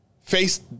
Face